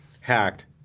hacked